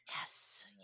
yes